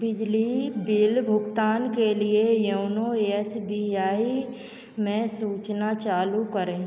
बिजली बिल भुगतान के लिए योनो एस बी आई में सूचना चालू करें